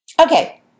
Okay